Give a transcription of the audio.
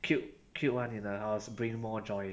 cute cute [one] in the house bring more joy